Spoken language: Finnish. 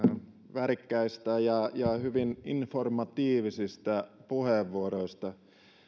värikkäistä ja hyvin informatiivisista puheenvuoroista